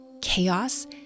chaos